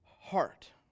heart